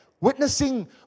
witnessing